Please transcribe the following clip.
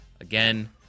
Again